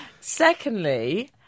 Secondly